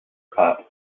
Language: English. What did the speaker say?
part